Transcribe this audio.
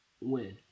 win